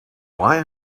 why